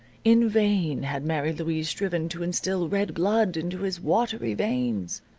in vain had mary louise striven to instill red blood into his watery veins.